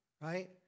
right